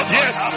yes